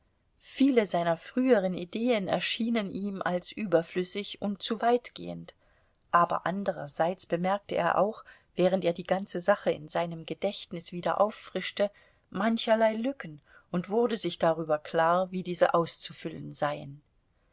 viele seiner früheren ideen erschienen ihm als überflüssig und zu weitgehend aber anderseits bemerkte er auch während er die ganze sache in seinem gedächtnis wieder auffrischte mancherlei lücken und wurde sich darüber klar wie diese auszufüllen seien